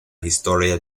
historia